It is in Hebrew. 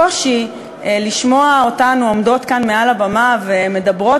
הקושי לשמוע אותנו עומדות כאן מעל הבמה ומדברות